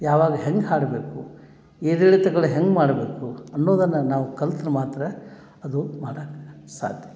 ಯಾವಾಗ ಹೆಂಗೆ ಹಾಡಬೇಕು ಏರಿಳಿತಗಳು ಹೆಂಗೆ ಮಾಡಬೇಕು ಅನ್ನೋದನ್ನು ನಾವು ಕಲ್ತ್ರೆ ಮಾತ್ರ ಅದು ಮಾಡಾಕ ಸಾಧ್ಯ ಆಗೈತಿ